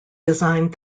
designed